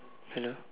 hello